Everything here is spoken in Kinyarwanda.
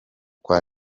kwa